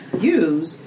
use